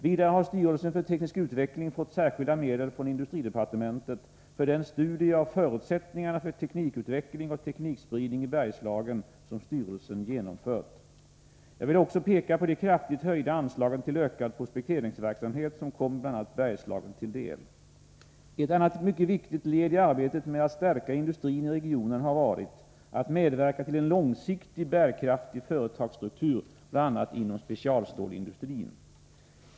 Vidare har styrelsen för teknisk utveckling fått särskilda medel från industridepartementet för den studie av förutsättningarna för teknikutveckling och teknikspridning i Bergslagen som styrelsen genomfört. Jag vill också peka på de kraftigt höjda anslagen till ökad prospekteringsverksamhet som kommer bl.a. Bergslagen till del. Ett annat mycket viktigt led i arbetet med att stärka industrin i regionen har varit att medverka till en långsiktigt bärkraftig företagsstruktur, bl.a. inom specialstålsindustrin.